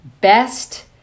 Best